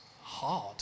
hard